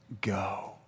go